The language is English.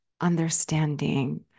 understanding